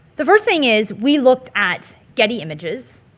the first thing is we looked at getty images.